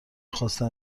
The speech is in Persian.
خواستم